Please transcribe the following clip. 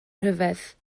rhyfedd